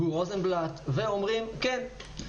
גור רוזנבלט ואומרים: כן,